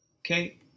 okay